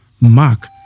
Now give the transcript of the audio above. Mark